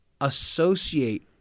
associate